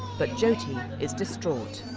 but jyoti is distraught